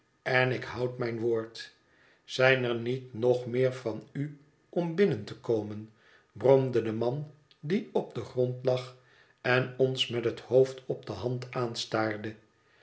en ik houd mijn woord zijn er niet nog meer van u om binnen te komen bromde de man die op den grond lag en ons met het hoofd op de hand aanstaarde